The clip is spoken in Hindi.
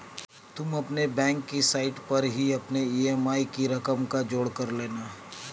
तुम अपने बैंक की साइट पर ही अपने ई.एम.आई की रकम का जोड़ कर लेना